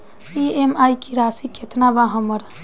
EMI की राशि केतना बा हमर?